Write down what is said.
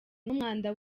n’umwanda